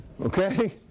Okay